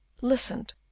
listened